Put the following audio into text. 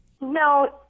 No